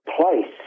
place